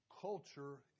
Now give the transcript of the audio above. culture